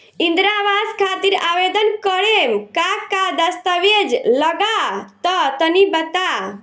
इंद्रा आवास खातिर आवेदन करेम का का दास्तावेज लगा तऽ तनि बता?